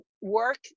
Work